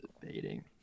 debating